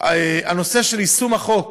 בנושא יישום החוק